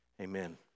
Amen